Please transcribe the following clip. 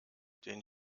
den